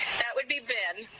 that would be ben.